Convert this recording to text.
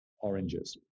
oranges